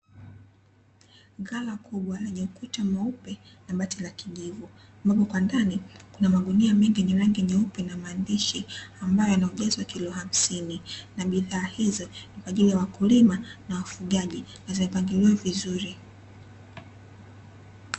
Ghala kubwa lenye ukuta mweupe na bati la kijivu, ambapo kwa ndani kuna magunia mengi yenye rangi nyeupe na maandishi ambayo ya ujazo wa kilo hamsini, na bidhaa hizo ni kwaajili ya wakulima na wafugaji na zimepangiliwa vizuri.